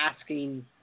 asking